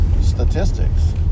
statistics